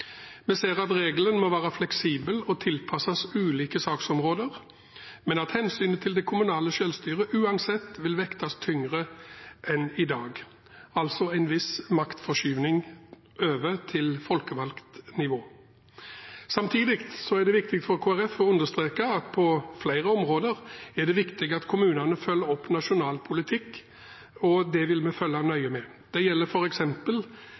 Vi ser at regelen må være fleksibel og tilpasses ulike saksområder, men at hensynet til det kommunale selvstyret uansett vil vektes tyngre enn i dag, altså en viss maktforskyvning over til folkevalgt nivå. Samtidig er det viktig for Kristelig Folkeparti å understreke at det på flere områder er viktig at kommunene følger opp nasjonal politikk, og det vil vi følge nøye med på. Jeg kan ikke ta hele listen, men det gjelder